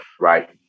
Right